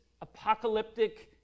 apocalyptic